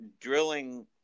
drilling